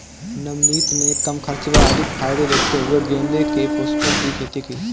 नवनीत ने कम खर्च व अधिक फायदे देखते हुए गेंदे के पुष्पों की खेती की